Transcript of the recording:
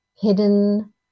hidden